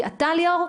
אתה, ליאור,